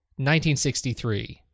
1963